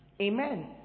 Amen